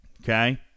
Okay